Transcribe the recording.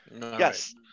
Yes